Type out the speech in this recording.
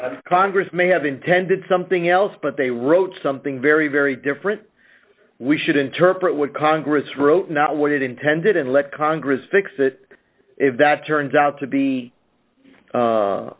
congress may have intended something else but they wrote something very very different we should interpret what congress wrote not what it intended and let congress fix it if that turns out to be